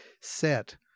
set